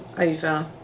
over